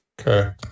Okay